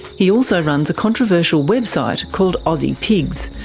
he also runs a controversial website called aussie pigs,